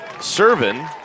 Servin